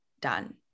done